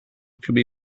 could